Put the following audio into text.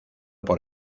por